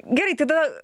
gerai tada